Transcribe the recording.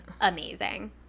Amazing